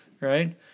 right